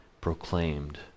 proclaimed